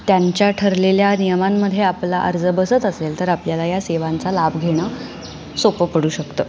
त्यांच्या ठरलेल्या नियमांमध्ये आपला अर्ज बसत असेल तर आपल्याला या सेवांचा लाभ घेणं सोपं पडू शकतं